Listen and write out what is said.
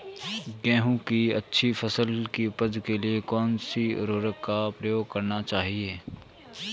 गेहूँ की अच्छी फसल की उपज के लिए कौनसी उर्वरक का प्रयोग करना चाहिए?